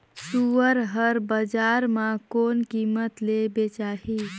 सुअर हर बजार मां कोन कीमत ले बेचाही?